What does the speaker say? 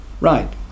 Right